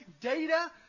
data